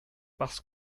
parce